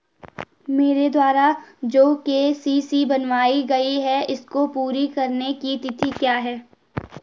मेरे द्वारा जो के.सी.सी बनवायी गयी है इसको पूरी करने की तिथि क्या है?